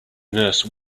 nurse